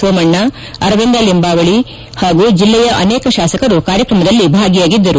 ಸೋಮಣ್ಣ ಅರವಿಂದ ಲಿಂಬಾವಳಿ ಜಲ್ಲೆಯ ಅನೇಕ ಶಾಸಕರು ಕಾರ್ಯಕ್ರಮದಲ್ಲಿ ಭಾಗಿಯಾಗಿದ್ದರು